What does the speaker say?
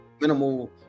Minimal